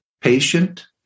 patient